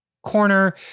Corner